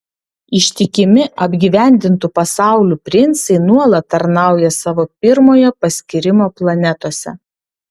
ištikimi apgyvendintų pasaulių princai nuolat tarnauja savo pirmojo paskyrimo planetose